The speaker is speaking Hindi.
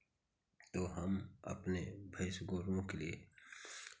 तो हम अपने भैंस गोरुओं के लिए